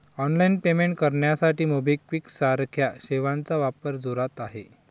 online payment करण्यासाठी मोबिक्विक सारख्या सेवांचा वापर जोरात आहे